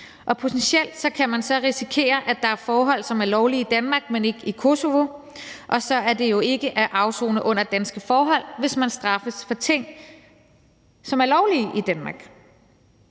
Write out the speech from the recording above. Potentielt kan man så risikere, at der er forhold, som er lovlige i Danmark, men ikke i Kosovo, og så er det jo ikke at afsone under danske forhold, hvis man straffes for ting, som er lovlige i Danmark.